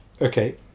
Okay